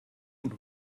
nun